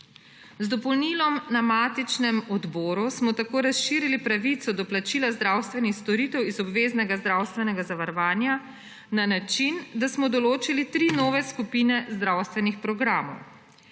Z dopolnilom na matičnem odboru smo tako razširili pravico do plačila zdravstvenih storitev iz obveznega zdravstvenega zavarovanja na način, da smo določili tri nove skupine zdravstvenih programov.